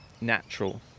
natural